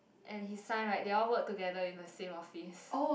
and his son right they all work together in the same office